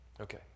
Okay